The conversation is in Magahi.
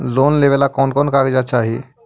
लोन लेने ला कोन कोन कागजात चाही?